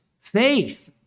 faith